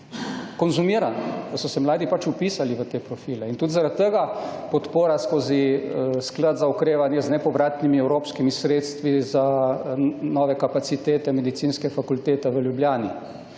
konzumirana, da so se mladi pač vpisali v te profile in tudi zaradi tega podpora skozi Sklad za okrevanje z nepovratnimi evropskimi sredstvi za nove kapacitete Medicinske fakultete v Ljubljani.